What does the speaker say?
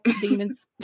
demons